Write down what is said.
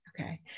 Okay